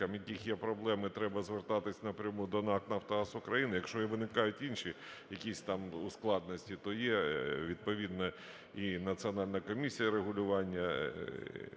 яких є проблеми, треба звертатися напряму до НАК "Нафтогаз України". Якщо виникають інші якісь там ускладненості, то є відповідно і Національна комісія регулювання